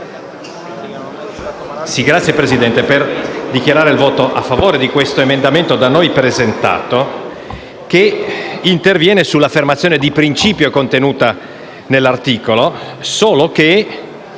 Signor Presidente, dichiaro il voto favorevole su questo emendamento da noi presentato, che interviene sull'affermazione di principio contenuta nell'articolo 6, solo che